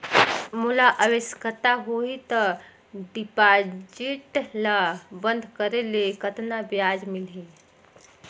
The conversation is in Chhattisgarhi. मोला आवश्यकता होही त डिपॉजिट ल बंद करे ले कतना ब्याज मिलही?